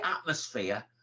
atmosphere